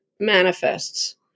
manifests